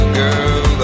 girl